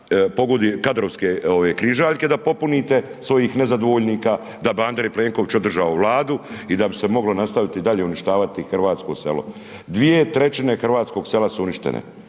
pogodujete, kadrovske ove križaljke da popunite svojih nezadovoljnika, da bi Andrej Plenković održao Vladu i da bi se moglo nastaviti dalje uništavati hrvatsko selo. 2/3 hrvatskog sela su uništene.